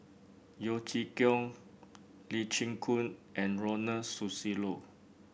Yeo Chee Kiong Lee Chin Koon and Ronald Susilo